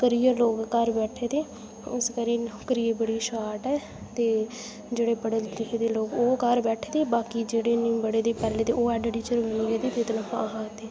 करियै लोक घर बैठे दे इक करी नौकरी दी बड़ी शाट ऐ ते जेह्ड़े पढ़े लिखे दे लोक ओह् घर बैठे दे बाकी जेह्ड़े नेईं पढ़े दे पैह्ले दे ओह् हैड टीचर बनी गेदे